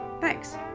thanks